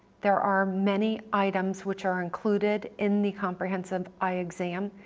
there are many items which are included in the comprehensive eye exam,